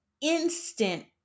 instant